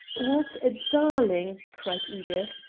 what a darling! cried edith.